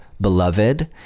beloved